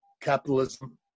capitalism